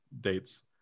dates